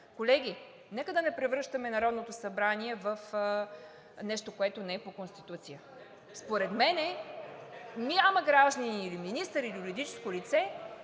Колеги, нека да не превръщаме Народното събрание в нещо, което не е по Конституция. Според мен няма гражданин, министър или юридическо лице,